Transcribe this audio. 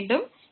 எனவே Δy→0